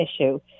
issue